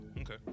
okay